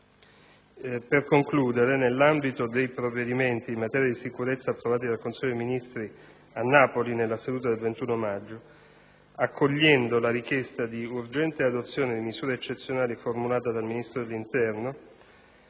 Infine, nell'ambito dei provvedimenti in materia di sicurezza approvati dal Consiglio dei ministri a Napoli nella seduta del 21 maggio, accogliendo la richiesta di urgente adozione di misure eccezionali formulata dal Ministro dell'interno,